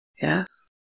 Yes